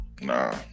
Nah